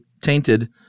tainted